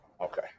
Okay